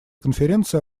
конференции